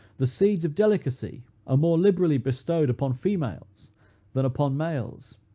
the seeds of delicacy are more liberally bestowed upon females than upon males?